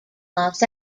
los